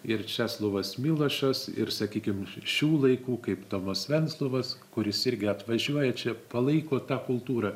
ir česlovas milošas ir sakykime ir šių laikų kaip tomas venclovas kuris irgi atvažiuoja čia palaiko tą kultūrą